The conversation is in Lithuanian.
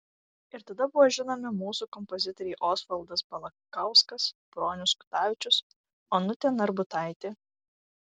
ir tada buvo žinomi mūsų kompozitoriai osvaldas balakauskas bronius kutavičius onutė narbutaitė